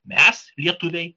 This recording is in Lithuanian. mes lietuviai